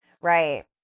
right